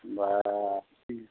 होनबा